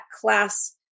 class